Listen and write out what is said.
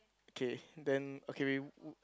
okay then okay we w~ w~